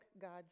God's